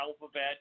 alphabet